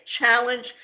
challenge